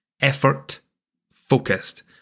effort-focused